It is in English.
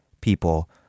people